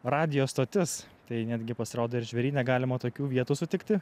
radijo stotis tai netgi pasirodo ir žvėryne galima tokių vietų sutikti